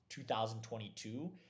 2022